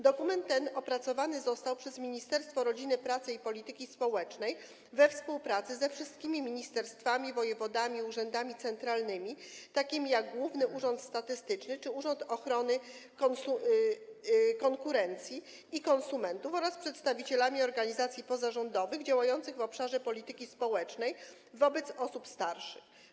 Dokument ten opracowany został przez Ministerstwo Rodziny, Pracy i Polityki Społecznej we współpracy ze wszystkimi ministerstwami, wojewodami i urzędami centralnymi, takimi jak Główny Urząd Statystyczny czy Urząd Ochrony Konkurencji i Konsumentów, oraz przedstawicielami organizacji pozarządowych, działających w obszarze polityki społecznej na rzecz osób starszych.